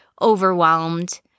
overwhelmed